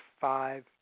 five